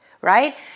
right